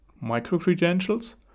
micro-credentials